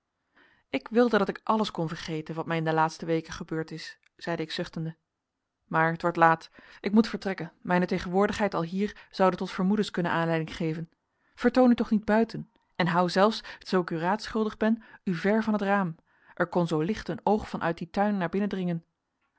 ik wilde dat ik alles kon vergeten wat mij in de laatste weken gebeurd is zeide ik zuchtende maar het wordt laat ik moet vertrekken mijne tegenwoordigheid alhier zoude tot vermoedens kunnen aanleiding geven vertoon u toch niet buiten en hou zelfs zoo ik u raad schuldig ben u ver van het raam er kon zoo licht een oog van uit dien tuin naar binnen dringen